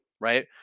right